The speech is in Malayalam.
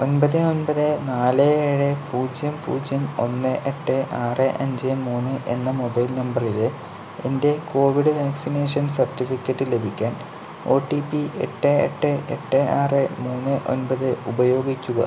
ഒൻപത് ഒൻപത് നാല് ഏഴ് പൂജ്യം പൂജ്യം ഒന്ന് എട്ട് ആറ് അഞ്ച് മൂന്ന് എന്ന മൊബൈൽ നമ്പറിലെ എൻ്റെ കോവിഡ് വാക്സിനേഷൻ സർട്ടിഫിക്കറ്റ് ലഭിക്കാൻ ഒ ടി പി എട്ട് എട്ട് എട്ട് ആറ് മൂന്ന് ഒൻപത് ഉപയോഗിക്കുക